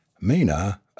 Mina